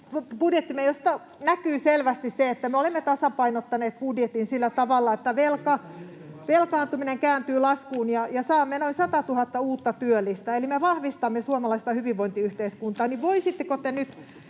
vaihtoehtobudjettimme, josta näkyy selvästi se, että me olemme tasapainottaneet budjetin sillä tavalla, että velkaantuminen kääntyy laskuun ja saamme noin 100 000 uutta työllistä, eli me vahvistamme suomalaista hyvinvointiyhteiskuntaa, niin voisitteko te nyt,